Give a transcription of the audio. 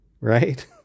Right